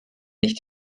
nicht